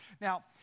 Now